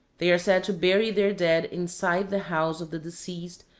they are said to bury their dead inside the house of the deceased,